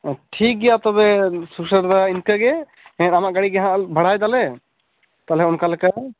ᱴᱷᱤᱠ ᱜᱮᱭᱟ ᱛᱚᱵᱮ ᱥᱩᱥᱟᱹᱨ ᱫᱟ ᱤᱱᱠᱟᱹ ᱜᱮ ᱟᱢᱟᱜ ᱜᱟᱹᱰᱤ ᱜᱮ ᱦᱟᱜ ᱞᱮ ᱵᱷᱟᱲᱟᱭ ᱫᱟᱞᱮ ᱛᱟᱞᱚᱦᱮ ᱚᱱᱠᱟ ᱞᱮᱠᱟ